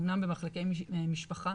אמנם במחלקי משפחה.